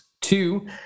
Two